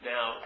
Now